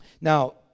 Now